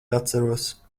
atceros